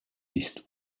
ist